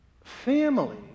Family